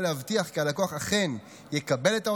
להבטיח כי הלקוח אכן יקבל את ההודעה.